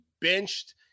benched